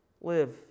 Live